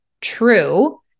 true